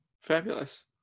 Fabulous